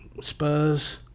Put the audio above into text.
Spurs